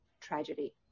tragedy